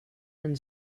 and